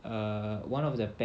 uh one of their parents